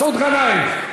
מסעוד גנאים.